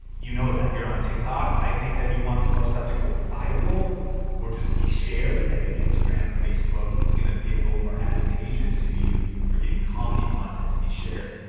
you know that you're on tiktok. i think that you want some more stuff to go viral or just be shared. i think instagram, facebook is gonna be a little more advantageous to you for getting comedy content to be shared.